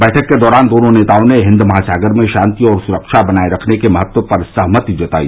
बैठक के दौरान दोनों नेताओं ने हिन्द महासागर में शांति और सुरक्षा बनाए रखने के महत्व पर सहमति जताई